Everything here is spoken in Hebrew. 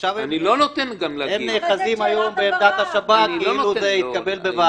עכשיו הם נאחזים היום בעמדת השב"כ -- אני לא נותן גם היום להגיב.